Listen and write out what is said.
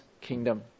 kingdom